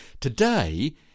Today